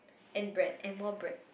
and bread and more bread